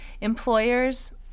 Employers